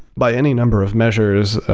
by any number of measures,